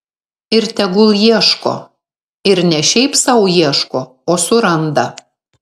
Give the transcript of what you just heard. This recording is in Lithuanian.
ir tegul ieško ir ne šiaip sau ieško o suranda